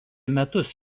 metus